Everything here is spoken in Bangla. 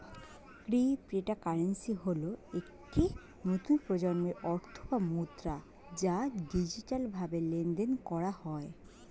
ক্রিপ্টোকারেন্সি হল একটি নতুন প্রজন্মের অর্থ বা মুদ্রা যা ডিজিটালভাবে লেনদেন করা হয়